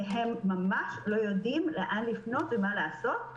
והם ממש לא יודעים לאן לפנות ומה לעשות,